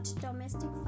domestic